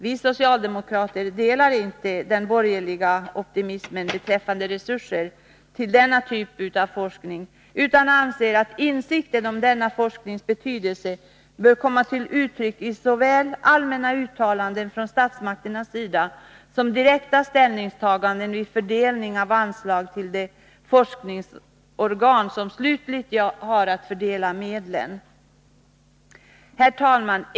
Vi socialdemokrater delar inte den borgerliga optimismen beträffande resurser till denna typ av forskning, utan anser att insikten om denna forsknings betydelse bör komma till uttryck i såväl allmänna uttalanden från statsmakternas sida som direkta ställningstaganden vid fördelning av anslag till de forskningsorgan som slutligt har att fördela medlen. Herr talman!